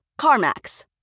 CarMax